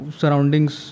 surroundings